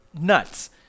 Nuts